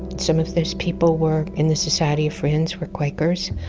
some of those people were in the society of friends, were quakers,